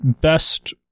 best